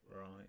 Right